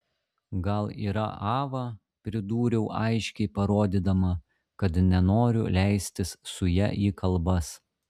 gal yra ava pridūriau aiškiai parodydama kad nenoriu leistis su ja į kalbas